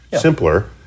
simpler